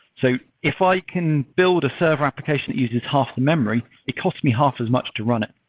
so if i can build a server application that uses half memory, it cost me half as much to run it.